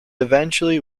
eventually